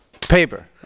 Paper